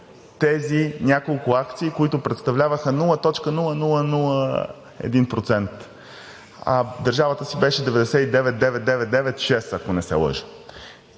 тези няколко акции, които представляваха 0,0001%, а държавата си беше 99,9996, ако не се лъжа,